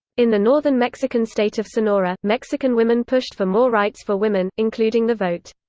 in the northern mexican state of sonora, mexican women pushed for more rights for women, including the vote.